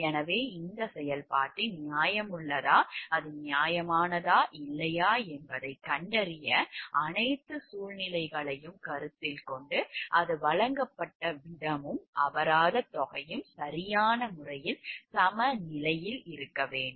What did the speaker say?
எனவே இந்தச் செயல்பாட்டில் நியாயம் உள்ளதா அது நியாயமானதா இல்லையா என்பதைக் கண்டறிய அனைத்து சூழ்நிலைகளையும் கருத்தில் கொண்டு அது வழங்கப்பட்ட விதமும் அபராதத் தொகையும் சரியான முறையில் சமநிலையில் இருக்க வேண்டும்